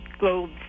gold